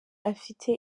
afite